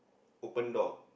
open door